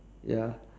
ya